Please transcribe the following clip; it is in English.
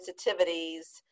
sensitivities